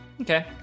Okay